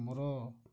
ଆମର